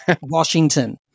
Washington